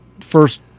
first